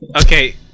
Okay